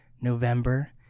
November